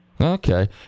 Okay